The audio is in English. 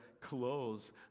close